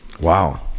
Wow